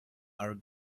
our